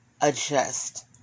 adjust